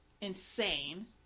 insane